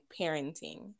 parenting